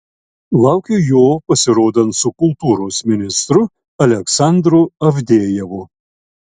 laukiu jo pasirodant su kultūros ministru aleksandru avdejevu